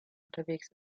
unterwegs